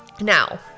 Now